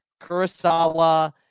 Kurosawa